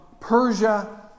Persia